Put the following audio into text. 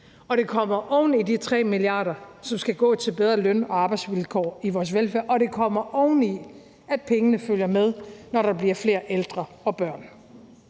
og de kommer oven i de 3 mia. kr., som skal gå til bedre løn- og arbejdsvilkår i vores velfærd, og de kommer oven i, at pengene følger med, når der bliver flere ældre og børn.